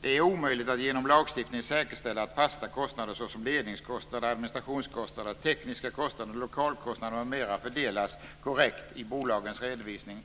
Det är omöjligt att genom lagstiftning säkerställa att fasta kostnader såsom ledningskostnader, administrationskostnader, tekniska kostnader, lokalkostnader m.m. fördelas korrekt i bolagens redovisning.